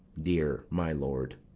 dear my lord.